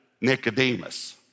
Nicodemus